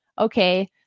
okay